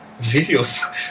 videos